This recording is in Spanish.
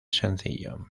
sencillo